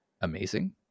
amazing